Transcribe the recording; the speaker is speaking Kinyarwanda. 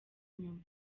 inyuma